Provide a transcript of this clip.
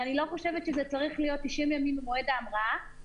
ואני לא חושבת שזה צריך להיות 90 ימים ממועד ההמראה,